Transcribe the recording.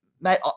mate